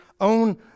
own